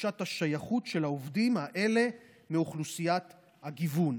ותחושת השייכות של העובדים האלה מאוכלוסיית הגיוון,